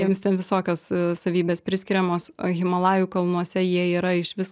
jiems ten visokios savybės priskiriamos o himalajų kalnuose jie yra išvis